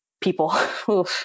people